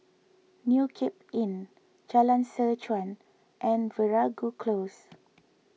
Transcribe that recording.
New Cape Inn Jalan Seh Chuan and Veeragoo Close